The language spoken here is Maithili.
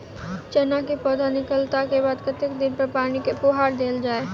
चना केँ पौधा निकलला केँ बाद कत्ते दिन पर पानि केँ फुहार देल जाएँ?